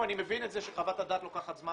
אני מבין את זה שחוות הדעת לוקחת זמן